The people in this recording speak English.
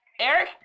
Eric